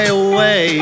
away